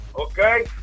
Okay